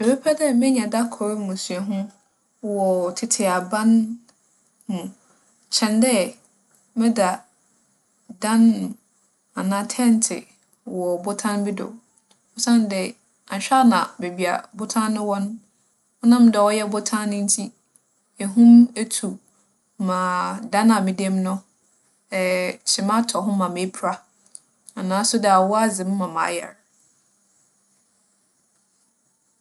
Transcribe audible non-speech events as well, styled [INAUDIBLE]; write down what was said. Mebɛpɛ dɛ menya da kor mu suahu wͻ tsetse adan ho kyɛn dɛ mɛda dan anaa tɛɛntse wͻ ͻbotan bi do. Osiandɛ, annhwɛ a nna beebi a botan no wͻ no, ͻnam dɛ ͻyɛ botan no ntsi, ehum etu ma dan a meda mu no, [HESITATION] kyema atͻ ho ma mepira. Anaaso dɛ awͻw adze me ma mayar.